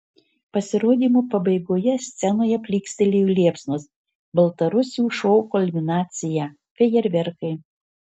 pasirodymo pabaigoje scenoje plykstelėjo liepsnos baltarusių šou kulminacija fejerverkai